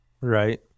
Right